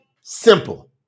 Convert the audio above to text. simple